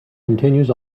continues